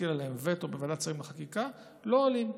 מטיל עליהם וטו בוועדת שרים לחקיקה לא עולים.